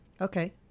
Okay